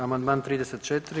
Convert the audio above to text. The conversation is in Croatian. Amandman 34.